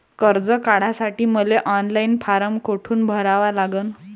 कर्ज काढासाठी मले ऑनलाईन फारम कोठून भरावा लागन?